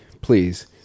please